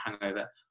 hangover